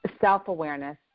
self-awareness